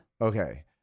Okay